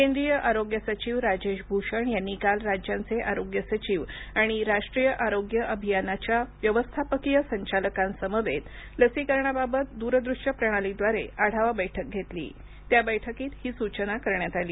केंद्रीय आरोग्य सचिव राजेश भूषण यांनी काल राज्यांचे आरोग्य सचिव आणि राष्ट्रीय आरोग्य अभियानाच्या व्यवस्थापकीय संचालकांसमवेत लसीकरणाबाबत दूरदूश्य प्रणालीद्वारे आढावा बैठक घेतली त्या बैठकीत ही सूचना करण्यात आली